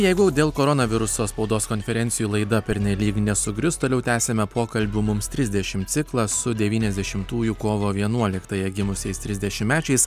jeigu dėl koronaviruso spaudos konferencijų laida pernelyg nesugrius toliau tęsime pokalbių mums trisdešimt ciklą su devyniasdešimtųjų kovo vienuoliktąją gimusiais trisdešimtmečiais